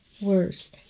words